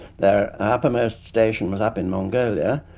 their ah uppermost station was up in mongolia,